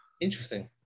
Interesting